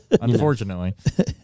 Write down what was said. Unfortunately